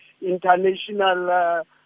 international